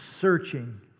searching